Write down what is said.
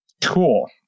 cool